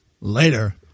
Later